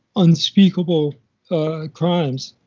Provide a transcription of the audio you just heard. unspeakable crimes,